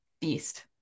beast